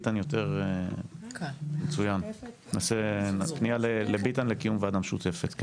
נעשה פנייה לביטן לקיום ועדה משותפת.